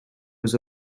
was